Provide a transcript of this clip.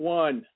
one